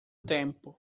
tempo